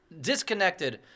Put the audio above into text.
disconnected